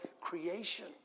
creation